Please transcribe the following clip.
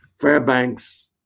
Fairbanks